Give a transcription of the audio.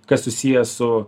kas susiję su